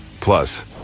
Plus